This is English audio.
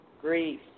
grief